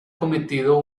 cometido